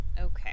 Okay